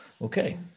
Okay